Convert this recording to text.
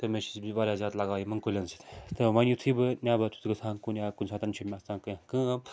تہٕ مے چھُ واریاہ زیاد لگاو یِمن کُلٮ۪ن سۭتتۍ تہٕ وۅنۍ یُتھُے بہٕ نٮ۪بر چھُ گژھان کُن یا کُنہِ ساتَن چھُ آسان کیٚنٛہہ کٲم